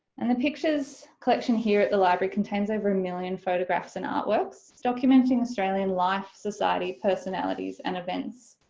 and the pictures collection here at the library contains over a million photographs and artworks documenting australian life, society, personalities and events.